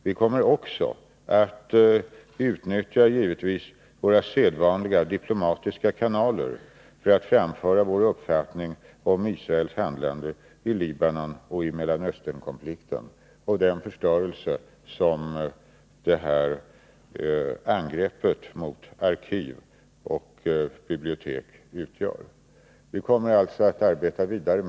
Vi kommer givetvis också att utnyttja våra sedvanliga diplomatiska kanaler för att framföra vår uppfattning om Israels handlande i Libanon och i Mellanösternkonflikten och beträffande den förstörelse som detta angrepp mot arkiv och bibliotek utgör. Vi kommer alltså att arbeta vidare.